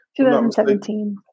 2017